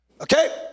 Okay